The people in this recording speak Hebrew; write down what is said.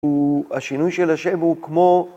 השינוי של השם הוא כמו...